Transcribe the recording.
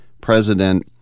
President